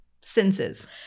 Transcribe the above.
senses